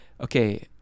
okay